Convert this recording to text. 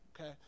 Okay